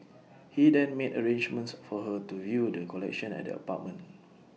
he then made arrangements for her to view the collection at the apartment